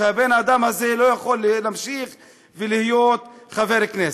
והבן-אדם הזה לא יכול להמשיך להיות חבר כנסת.